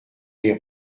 les